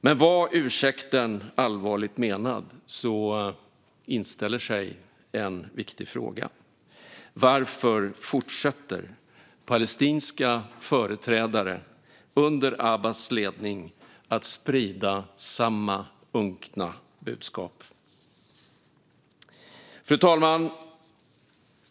Men en viktig fråga inställer sig: Var ursäkten allvarligt menad? Varför fortsätter palestinska företrädare, under Abbas ledning, att sprida samma unkna budskap? Fru talman!